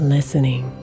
Listening